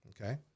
Okay